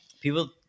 people